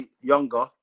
younger